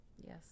Yes